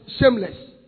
shameless